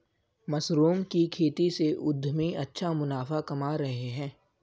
mushroom की खेती से उद्यमी अच्छा मुनाफा कमा रहे हैं